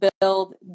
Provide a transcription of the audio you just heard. build